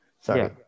sorry